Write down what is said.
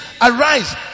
Arise